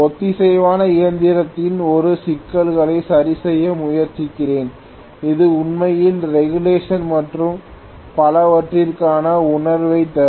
ஒத்திசைவான இயந்திரத்தில் ஒரு சிக்கலைச் சரிசெய்ய முயற்சிக்கிறேன் இது உண்மையில் ரெகுலேஷன் மற்றும் பலவற்றிற்கான உணர்வைத் தரும்